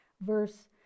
Verse